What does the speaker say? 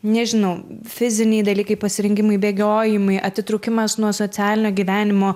nežinau fiziniai dalykai pasirinkimai bėgiojimai atitrūkimas nuo socialinio gyvenimo